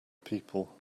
people